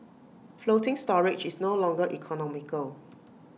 floating storage is no longer economical